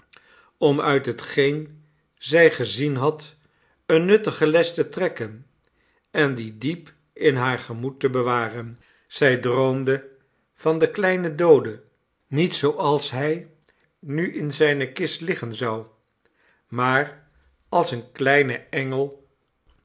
om uit hetgeen zij gezien had eene nuttige les te trekken en die diep in haar gemoed te bewaren zij droomde van den kleinen doode niet zooals hij nu in zijne kist liggen zou maar als een kleine engel